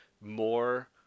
more